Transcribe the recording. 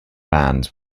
bands